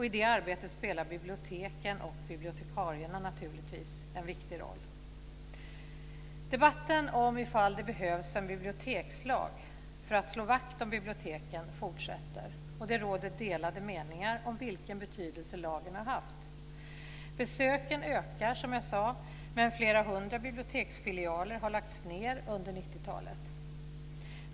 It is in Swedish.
I det arbetet spelar naturligtvis biblioteken och bibliotekarierna en viktig roll. Debatten om ifall det behövs en bibliotekslag för att slå vakt om biblioteken fortsätter. Det råder delade meningar om vilken betydelse lagen har haft. Besöken ökar som jag sade, men flera hundra biblioteksfilialer har lagts ned under 90-talet.